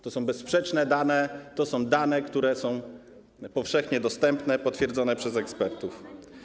To są bezsprzeczne dane, to są dane powszechnie dostępne, potwierdzone przez ekspertów.